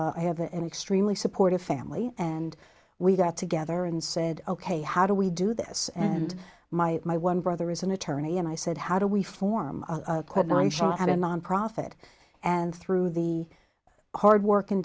a i have an extremely supportive family and we got together and said ok how do we do this and my my one brother is an attorney and i said how do we form a quote nice shot at a nonprofit and through the hard work and